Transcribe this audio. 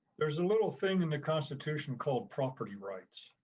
there's a little thing in the constitution called property rights.